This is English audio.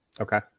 Okay